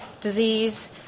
disease